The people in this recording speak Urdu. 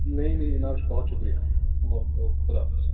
نہیں نہیں جناب بہت شکریہ او اوکے خدا حافظ